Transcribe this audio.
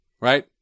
right